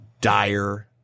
dire